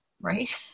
right